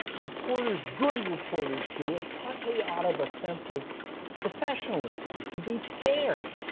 reporters, good reporters do it partly out of a sense of professionalism, to be fair.